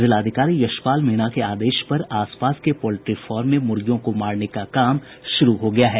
जिलाधिकारी यशपाल मीणा के आदेश पर आसपास के पोल्ट्री फार्म में मुर्गियों को मारने का काम शुरू हो गया है